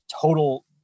total